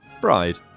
Bride